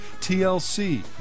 TLC